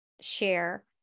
share